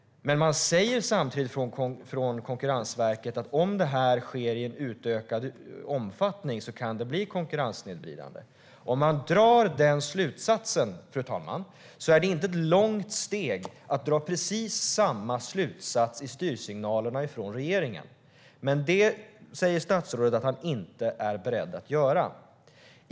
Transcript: Men man säger samtidigt från Konkurrensverket att om det sker i en utökad omfattning kan det bli konkurrenssnedvridande. Om man drar den slutsatsen, fru talman, är det inte ett långt steg att dra precis samma slutsats i styrsignalerna från regeringen. Men det säger statsrådet att han inte är beredd att göra.